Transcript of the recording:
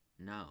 No